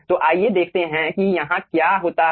तो आइये देखते हैं कि यहाँ क्या होता है